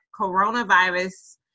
coronavirus